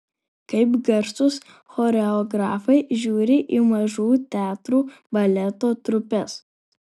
kaip garsūs choreografai žiūri į mažų teatrų baleto trupes